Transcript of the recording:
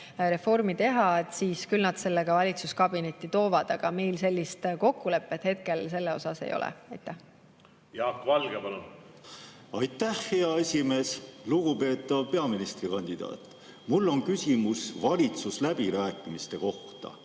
reformi teha, siis küll nad selle ka valitsuskabinetti toovad. Aga meil sellist kokkulepet hetkel selle osas ei ole. Jaak Valge, palun! Jaak Valge, palun! Aitäh, hea esimees! Lugupeetav peaministrikandidaat! Mul on küsimus valitsusläbirääkimiste kohta,